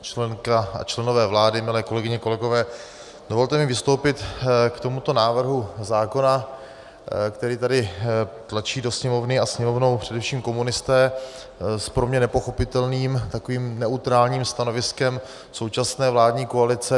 Členko a členové vlády, milé kolegyně, kolegové, dovolte mi vystoupit k tomuto návrhu zákona, který tady tlačí do Sněmovny a Sněmovnou především komunisté s pro mě nepochopitelným takovým neutrálním stanoviskem současné vládní koalice.